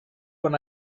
when